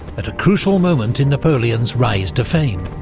at a crucial moment in napoleon's rise to fame.